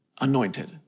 anointed